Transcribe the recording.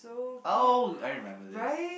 oh I remember this